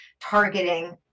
targeting